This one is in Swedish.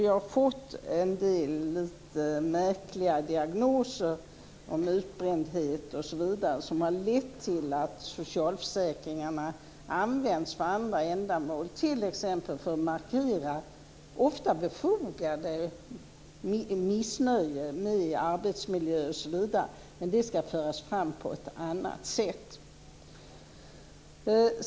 Vi har fått en del lite märkliga diagnoser om utbrändhet osv. som har lett till att socialförsäkringarna används för andra ändamål, t.ex. för att markera, ofta befogat, missnöje med arbetsmiljön osv. Det ska föras fram på ett annat sätt.